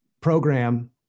program